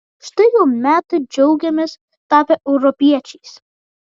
štai jau metai džiaugiamės tapę europiečiais